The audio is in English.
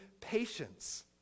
patience